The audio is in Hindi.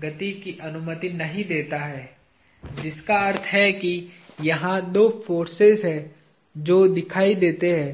गति की अनुमति नहीं देता है जिसका अर्थ है की यहा दो फोर्सेज है जो दिखाई देंगे